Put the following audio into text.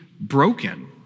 broken